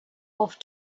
off